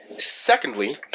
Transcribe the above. Secondly